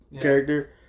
character